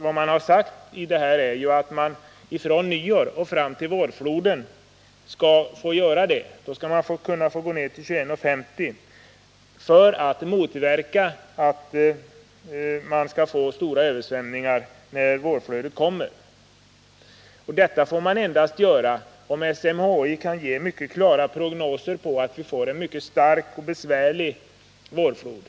Vad man har sagt är ju att från nyår och fram till vårfloden skall vattenståndet kunna gå ned till 21,50 m för att stora översvämningar skall motverkas när vårfloden kommer. Detta vattenstånd får endast tillåtas om SMHI kan ge klara prognoser som visar att vi får en mycket stark och besvärlig vårflod.